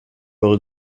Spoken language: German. eure